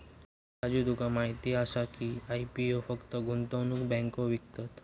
राजू तुका माहीत आसा की, आय.पी.ओ फक्त गुंतवणूक बँको विकतत?